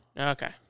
Okay